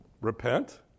Repent